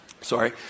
sorry